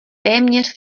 téměř